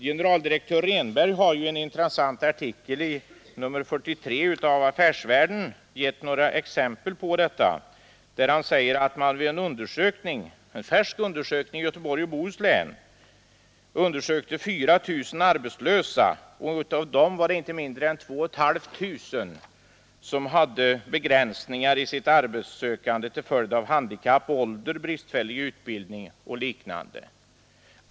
Generaldirektör Rehnberg har i en intressant artikel i nr 43 av Affärsvärlden givit några exempel på detta; vid en färsk undersökning i Göteborgs och Bohus län visade det sig att av 4 000 arbetslösa hade inte mindre än 2 500 begränsningar i sitt arbetssökande till följd av handikapp, ålder, bristfällig utbildning och liknande.